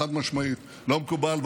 חד-משמעית לא מקובל,